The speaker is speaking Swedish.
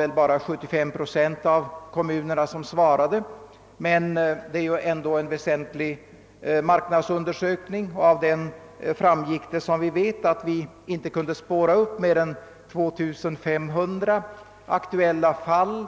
Endast 75 procent av kommunerna svarade, men detta är ändå en väsentlig och vägledande undersökning. Av svaren framgick som bekant att man bara kunnat spåra upp 2500 aktuella fall